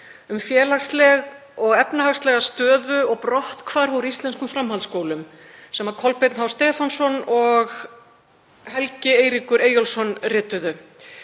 um félagslega og efnahagslega stöðu og brotthvarf úr íslenskum framhaldsskólum sem sérfræðingarnir Kolbeinn H. Stefánsson og Helgi Eiríkur Eyjólfsson rituðu